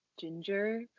ginger